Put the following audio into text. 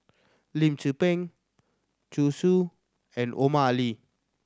Lim Tze Peng Zhu Xu and Omar Ali